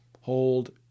hold